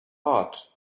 heart